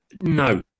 No